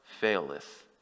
faileth